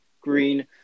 green